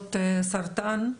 חולות סרטן,